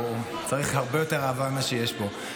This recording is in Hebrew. הוא צריך הרבה יותר אהבה ממה שיש פה.